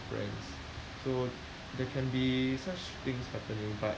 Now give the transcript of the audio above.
friends so there can be such things happening but